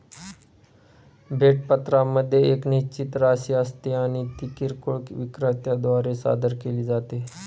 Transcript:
भेट पत्रामध्ये एक निश्चित राशी असते आणि ती किरकोळ विक्रेत्या द्वारे सादर केली जाते